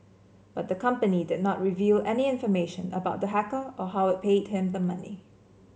but the company did not reveal any information about the hacker or how it paid him the money